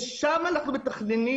לשם אנחנו מתכננים.